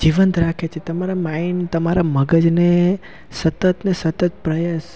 જીવંત રાખે છે તમારા માઇન્ડ તમારા મગજને સતતને સતત પ્રયાસ